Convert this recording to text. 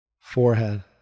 forehead